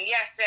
Yes